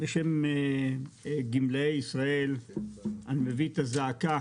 בשם גמלאי ישראל אני מביא את הזעקה